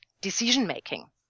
decision-making